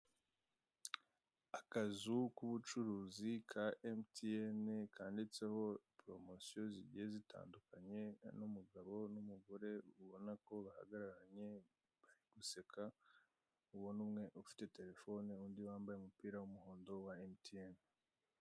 Akazu k'ubucuruzi ka emutiyeni kanditseho poromosiyo zigiye zitandukanye, n'umugabo n'umugore ubona ko bahagararanye bari guseka, ndikubona umwe ufite terefone undi wambaye umupira w'umuhondo wa emutiyeni.